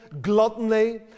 gluttony